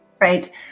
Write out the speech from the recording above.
Right